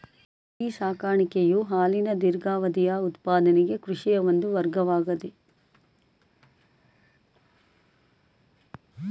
dairy ಸಾಕಾಣಿಕೆಯು ಹಾಲಿನ ದೀರ್ಘಾವಧಿಯ ಉತ್ಪಾದನೆಗೆ ಕೃಷಿಯ ಒಂದು ವರ್ಗವಾಗಯ್ತೆ